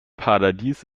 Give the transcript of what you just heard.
paradies